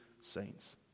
saints